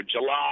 July